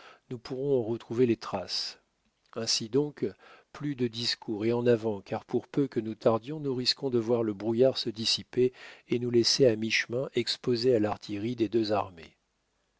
nous pourrons en retrouver les traces ainsi donc plus de discours et en avant car pour peu que nous tardions nous risquons de voir le brouillard se dissiper et nous laisser à mi-chemin exposés à l'artillerie des deux armées